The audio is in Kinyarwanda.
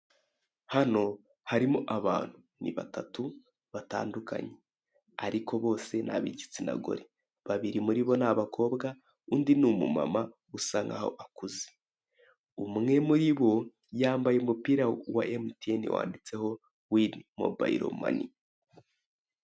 Hano harimo abantu. Ni batatu, batandukanye. Ariko bose ni ab'igitsina gore. Babiri muri bo ni bakobwa, undi ni umumama, usa nk'aho akuze. Umwe muri bo yambaye umupira wa emutiyene, wanditseho "Wivu mobayilo mani".